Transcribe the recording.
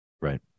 Right